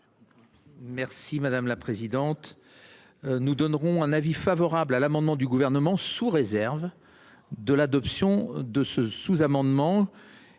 Merci madame la présidente. Nous donnerons un avis favorable à l'amendement du gouvernement sous réserve. De l'adoption de ce sous-amendement.